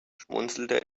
schmunzelte